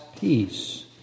peace